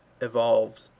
evolved